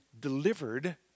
delivered